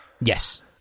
Yes